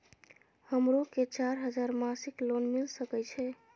हमरो के चार हजार मासिक लोन मिल सके छे?